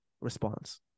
response